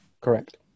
Correct